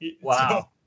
Wow